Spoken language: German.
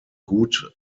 gut